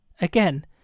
Again